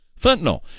Fentanyl